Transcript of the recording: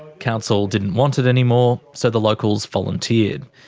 council didn't want it anymore, so the locals volunteered.